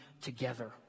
together